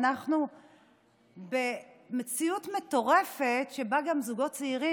אנחנו במציאות מטורפת שבה גם זוגות צעירים